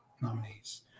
nominees